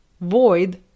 void